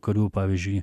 kurių pavyzdžiui